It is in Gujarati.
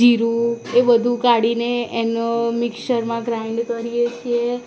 જીરું એ બધું કાઢીને એનો મિક્સરમાં ગ્રાઈન્ડ કરીએ છીએ